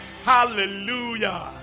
Hallelujah